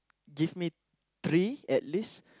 give me three at least